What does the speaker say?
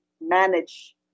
manage